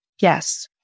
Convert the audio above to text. yes